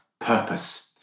purpose